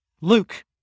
Luke